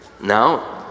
Now